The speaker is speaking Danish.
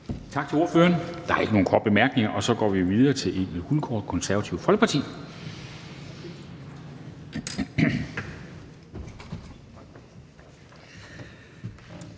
Tak til ordføreren. Der er ikke nogen korte bemærkninger, og så går vi videre til Egil Hulgaard, Konservative Folkeparti.